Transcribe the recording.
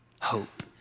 hope